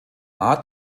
art